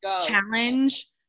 challenge